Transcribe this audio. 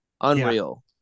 Unreal